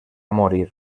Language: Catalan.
morir